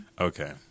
Okay